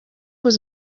was